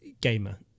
gamer